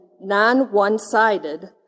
non-one-sided